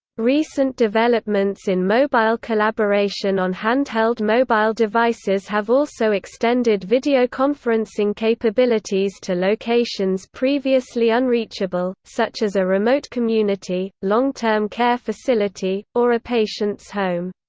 recent developments in mobile collaboration on hand-held mobile devices have also extended video-conferencing capabilities to locations previously unreachable, such as a remote community, long-term care facility, or a patient's home.